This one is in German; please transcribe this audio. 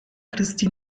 christi